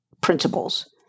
principles